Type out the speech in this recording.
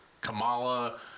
Kamala